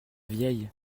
vieille